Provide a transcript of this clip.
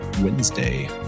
Wednesday